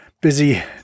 busy